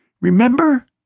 Remember